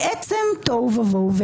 תוהו ובוהו.